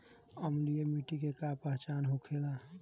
अम्लीय मिट्टी के का पहचान होखेला?